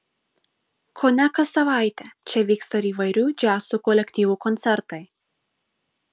kone kas savaitę čia vyksta ir įvairių džiazo kolektyvų koncertai